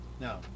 No